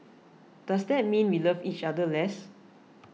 does that mean we love each other less